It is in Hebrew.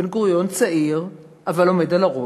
בן-גוריון צעיר, אבל עומד על הראש".